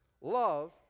love